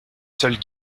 seuls